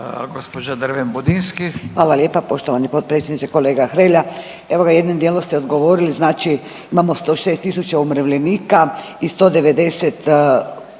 Nadica (HDZ)** Hvala lijepa poštovani potpredsjedniče, kolega Hrelja. Evo ga, jednim dijelom ste odgovorili znači imamo 106000 umirovljenika i 190 ljudi